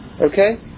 Okay